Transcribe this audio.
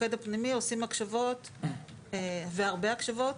המוקד הפנימי עושים הקשבות, והרבה הקשבות.